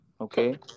Okay